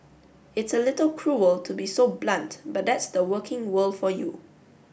it's a little cruel to be so blunt but that's the working world for you